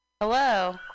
Hello